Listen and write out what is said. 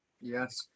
Yes